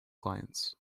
clients